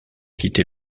quitté